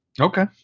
Okay